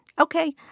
Okay